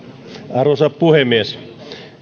arvoisa puhemies